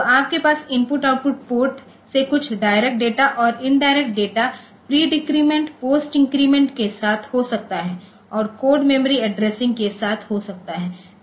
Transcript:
तो आपके पास इनपुट आउटपुट पोर्ट से कुछ डायरेक्ट डाटा और indirect data pre decrement post increment के साथ हो सकता है और कोड मेमोरी एड्रेसिंग के साथ हो सकता है